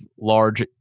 large